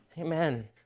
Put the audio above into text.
amen